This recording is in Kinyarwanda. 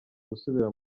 gusubira